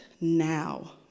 now